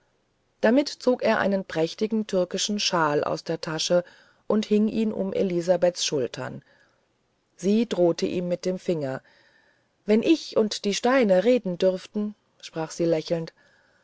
damit zog er einen prächtigen türkischen shawl aus der tasche und hing ihn um elisabeths schultern sie drohte ihm mit dem finger wenn ich und die steine reden dürften sprach sie lächelnd